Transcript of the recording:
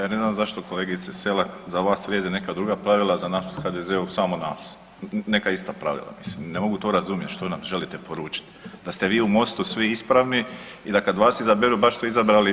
Ja ne znam zašto kolegice Selak za vas vrijede neka druga pravila, a za nas u HDZ-u samo nas neka ista pravila, mislim ne mogu to razumjet što nam želite poručiti, da ste vi u Mostu svi ispravni i da kada vas izaberu baš su izabrali vas.